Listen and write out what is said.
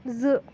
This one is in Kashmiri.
زٕ